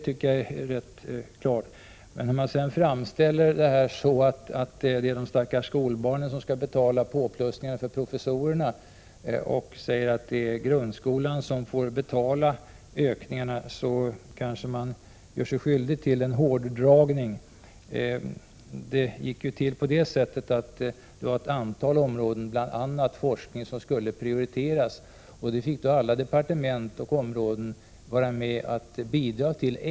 2 Man gör sig emellertid kanske skyldig till en hårdragning när man framställer det så att det är de stackars skolbarnen som skall betala påplussningarna för professorerna och säger att grundskolan skall betala ökningarna. Det var ett antal områden, bl.a. forskning, som skulle prioriteras. Samtliga departement och områden fick vara med och bidra till detta.